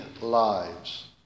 lives